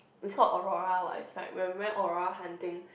it's call Aurora what is like when we went Aurora hunting